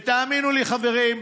ותאמינו לי חברים,